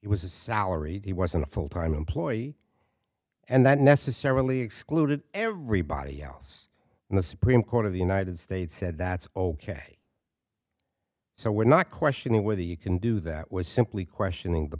it was a salary he wasn't a full time employee and that necessarily excluded everybody else and the supreme court of the united states said that's ok so we're not questioning whether you can do that we're simply questioning the